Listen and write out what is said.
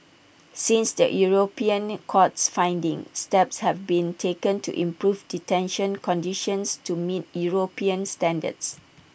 since the european court's findings steps have been taken to improve detention conditions to meet european standards